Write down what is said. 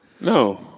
no